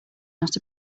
not